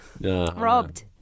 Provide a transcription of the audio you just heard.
Robbed